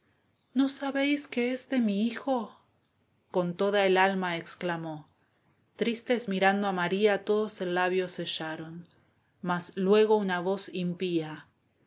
no sabéis qué es de mi hijo con toda el alma exclamó tristes mirando a maría todos el jabiosellaron r mas luego una voz impía